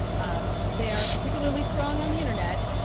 ah they are particularly strong on the internet.